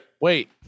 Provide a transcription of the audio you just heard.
Wait